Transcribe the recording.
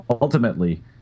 Ultimately